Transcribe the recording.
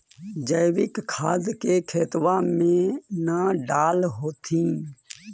जैवीक खाद के खेतबा मे न डाल होथिं?